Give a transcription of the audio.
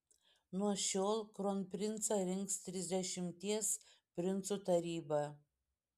nuo šiol kronprincą rinks trisdešimties princų taryba